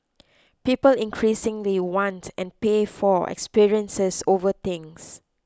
people increasingly want and pay for experiences over things